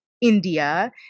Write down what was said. India